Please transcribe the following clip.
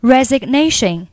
Resignation